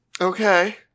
Okay